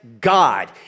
God